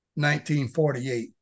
1948